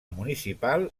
municipal